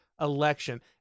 election